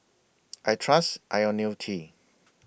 I Trust Ionil T